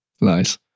Nice